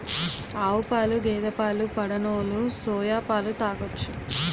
ఆవుపాలు గేదె పాలు పడనోలు సోయా పాలు తాగొచ్చు